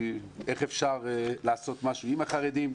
כי איך אפשר לעשות משהו עם החרדים,